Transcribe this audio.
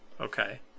Okay